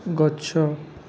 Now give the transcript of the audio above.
ଗଛ